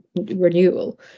renewal